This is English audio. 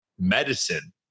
medicine